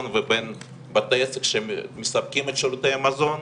ובין בתי עסק שהם מספקים את שירותי המזון,